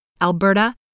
Alberta